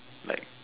like